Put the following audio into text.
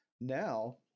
now